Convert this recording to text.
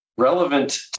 Relevant